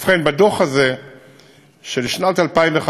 ובכן, בדוח הזה של שנת 2015,